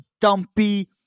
dumpy